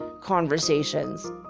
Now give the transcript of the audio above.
conversations